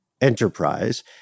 Enterprise